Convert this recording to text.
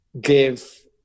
give